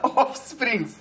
offspring